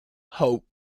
hope